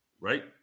Right